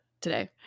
today